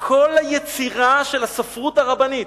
כל היצירה של הספרות הרבנית,